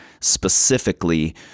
specifically